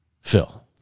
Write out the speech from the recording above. Phil